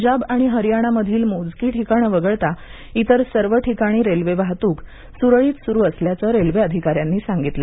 पंजाब आणि हरियाणा मधील मोजकी ठिकाणं वगळता इतर सर्व ठिकाणी रेल्वे वाहतूक सुरळीत चालू असल्याचं रेल्वे अधिकाऱ्यांनी सांगितलं